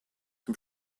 dem